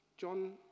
John